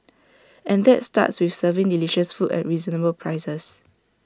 and that starts with serving delicious food at reasonable prices